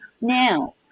Now